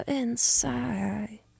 inside